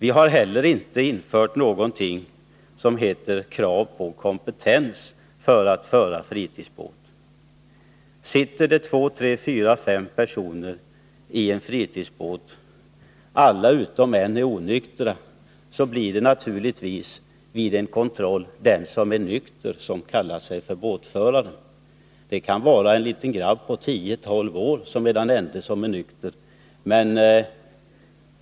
Inte heller har vi några krav på kompetens för att föra fritidsbåt. Sitter det några personer i en fritidsbåt och alla utom en är onyktra är det naturligtvis lätt att vid en kontroll säga att det är den som är nykter som är båtförare. Det kan vara en liten grabb på tio tolv år!